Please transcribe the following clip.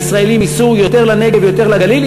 הישראלים ייסעו יותר לנגב ויותר לגליל.